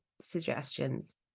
suggestions